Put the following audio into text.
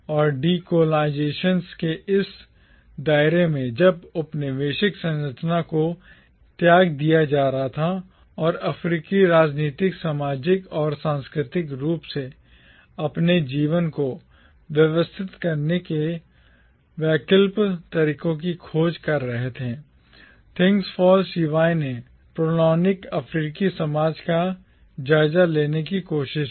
और डीकोलाइज़ेशन के इस दायरे में जब औपनिवेशिक संरचना को त्याग दिया जा रहा था और अफ्रीकी राजनीतिक सामाजिक और सांस्कृतिक रूप से अपने जीवन को व्यवस्थित करने के वैकल्पिक तरीकों की खोज कर रहे थे थिंग्स फॉल शिवाय ने प्रोलॉनिक अफ्रीकी समाज का जायजा लेने की कोशिश की